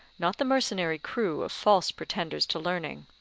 not the mercenary crew of false pretenders to learning,